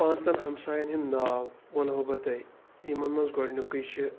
پانٛژَن ہمسایَن ہُنٛد ناو وَنہو بہٕ تۄہہِ یِمَن منٛز گۄڈنِکُے چھِ